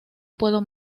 puedo